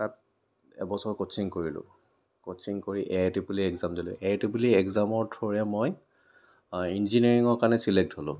তাত এবছৰ কোচিং কৰিলোঁ কোচিং কৰি A I triple E exam দিলোঁ এ আই ট্ৰিপল ই এগ্জামৰ থ্ৰো য়ে মই ইঞ্জিৰীয়াৰিঙৰ কাৰণে চিলেক্ট হ'লোঁ